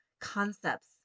concepts